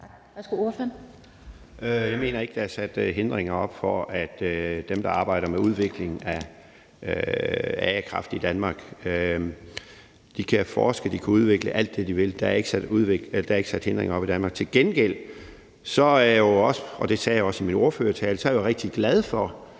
Jeg mener ikke, der er lagt hindringer for dem, der arbejder med udvikling af a-kraft i Danmark. De kan forske, og de kan udvikle alt det, de vil; der er ikke lagt hindringer i Danmark. Til gengæld er jeg jo også – og det sagde jeg også i min ordførertale – rigtig glad for,